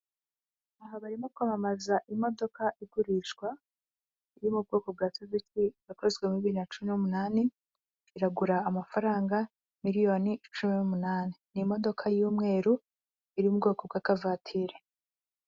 Aha barimo kwamamaza imodoka igurishwa yo mu bwoko bwa suzuki yakozwe muri bibiri na cumi'umunani iragura amafaranga miriyoni cumi n'umunani n'imodokadoka y'umweru iri mu bwoko bwa kavatiri.